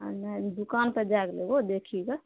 नहि दुकान पर जाएके लेबहो देखि कऽ